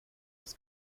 ist